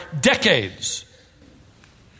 decades